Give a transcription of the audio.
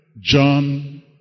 John